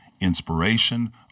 inspiration